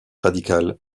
radicale